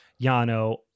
yano